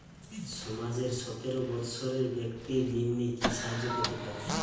সমাজের সতেরো বৎসরের ব্যাক্তির নিম্নে কি সাহায্য পেতে পারে?